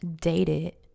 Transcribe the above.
dated